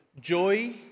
joy